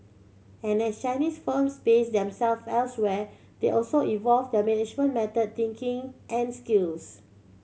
and as Chinese firms base them self elsewhere they also evolve their management method thinking and skills